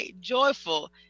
joyful